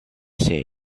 say